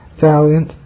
valiant